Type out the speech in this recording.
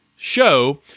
Show